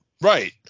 right